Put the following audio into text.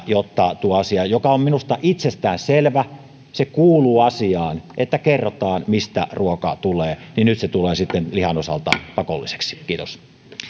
jotta tuo asia joka on minusta itsestäänselvä se kuuluu asiaan että kerrotaan mistä ruoka tulee nyt sitten tulee lihan osalta pakolliseksi kiitos